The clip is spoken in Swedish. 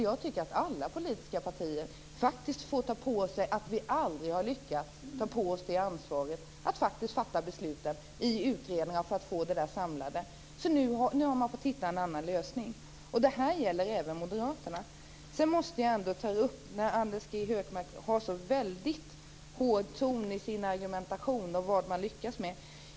Jag tycker att alla politiska partier får ta på sig att vi aldrig har lyckats ta ansvaret att fatta beslut i utredningar för att få det samlat, så att man nu har fått hitta en annan lösning. Det gäller även Moderaterna. Anders G Högmark har en så väldigt hård ton i sin argumentation när han talar om vad man lyckats med.